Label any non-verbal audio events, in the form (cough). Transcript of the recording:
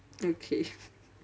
okay (laughs)